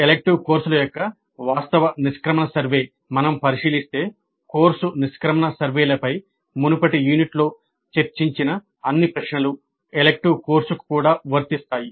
elective కోర్సుల యొక్క వాస్తవ నిష్క్రమణ సర్వే మనం పరిశీలిస్తే కోర్సు నిష్క్రమణ సర్వేలపై మునుపటి యూనిట్లో చర్చించిన అన్ని ప్రశ్నలు ఎలెక్టివ్ కోర్సుకు కూడా వర్తిస్తాయి